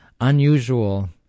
unusual